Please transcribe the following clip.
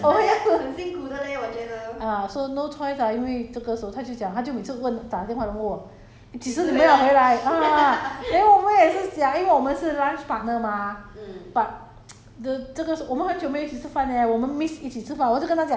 she's the one that is not speaking their language so 她就我们又是 uh so no choice ah 因为这个时候她就讲她就每次问打电话来问我几时你要回来 uh then 我们也是讲因为我们是 lunch partner mah but